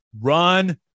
run